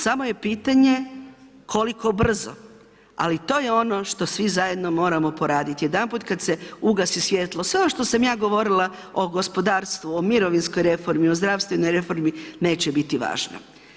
Samo je pitanje koliko brzo, ali to je ono što svi zajedno moramo poraditi, jedanput kada se ugasi svjetlo, sve ovo što sam ja govorila o gospodarstvu, o mirovinskoj reformi, o zdravstvenoj reformi, neće biti važno.